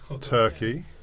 Turkey